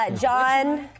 John